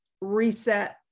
reset